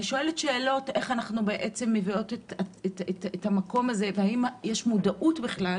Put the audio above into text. אני שואלת איך אנחנו מביאות את המקום הזה והאם יש מודעות בכלל